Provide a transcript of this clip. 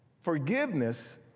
Forgiveness